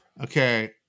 Okay